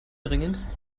dringend